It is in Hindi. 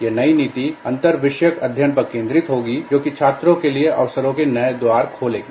यह नई नीति अंतर विषयक पर केंद्रित होगी क्योंकि छात्रों के लिए अवसरों के नये द्वार खोलेगी